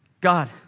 God